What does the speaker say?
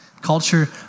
Culture